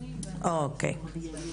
אוקי.